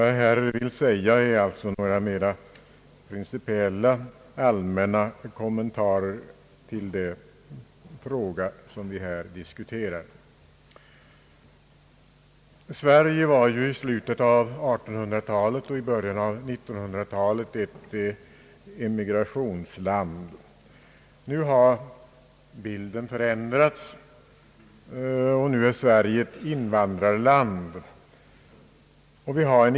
Jag vill här bara göra några mera principiella allmänna kommentarer i den fråga som vi diskuterar. Sverige var i slutet av 1800-talet och i början av 1900-talet ett emigrationsland. Nu har bilden förändrats, och nu är Sverige ett invandrarland.